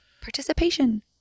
participation